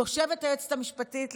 יושבת היועצת המשפטית לכנסת,